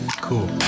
Cool